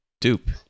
Dupe